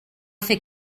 fer